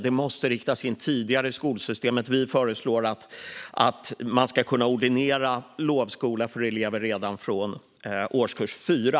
De måste sättas in tidigare i skolsystemet, och vi föreslår att man ska kunna ordinera lovskola för elever redan från årskurs 4.